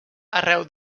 arreu